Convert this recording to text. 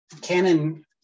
canon